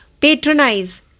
Patronize